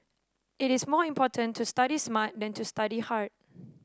it is more important to study smart than to study hard